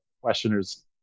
questioners